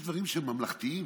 יש דברים שהם ממלכתיים.